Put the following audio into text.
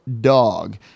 dog